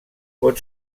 pot